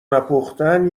نپختن